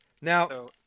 Now